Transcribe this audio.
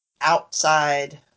outside